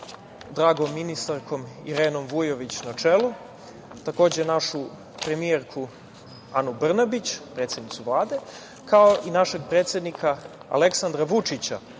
dragom ministarkom, Irenom Vujović, na čelu, takođe, našu premijerku Anu Brnabić, predsednicu Vlade, kao i našeg predsednika Aleksandra Vučića,